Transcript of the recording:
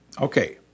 Okay